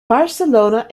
barcelona